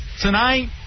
Tonight